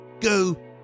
go